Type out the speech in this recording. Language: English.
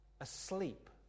asleep